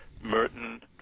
Merton